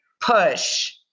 push